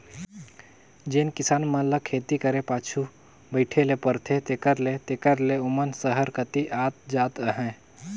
जेन किसान मन ल खेती करे कर पाछू बइठे ले परथे तेकर ले तेकर ले ओमन सहर कती आत जात अहें